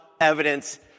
evidence